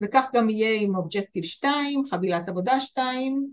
וכך גם יהיה עם אובג'קטיב שתיים, חבילת עבודה שתיים